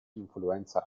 influenza